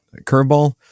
curveball